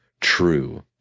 true